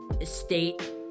estate